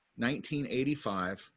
1985